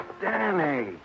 Danny